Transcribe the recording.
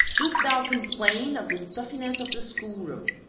dost thou complain of the stuffi ness of the schoolroom.